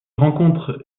rencontrent